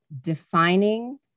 defining